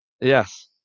Yes